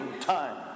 time